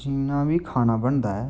जिन्ना बी खाना बनदा ऐ